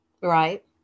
Right